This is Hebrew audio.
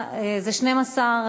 אתם עשיתם את כל הבלגן,